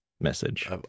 message